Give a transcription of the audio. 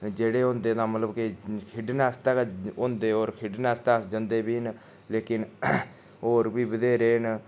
जेह्ड़े होंदे तां मतलब के खेढने आस्तै गै होंदे होर खेढने आस्तै अस जंदे बी न लेकिन होर बी बथेरे न